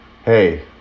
Hey